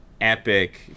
epic